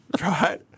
Right